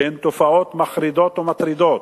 שהן תופעות מחרידות ומטרידות,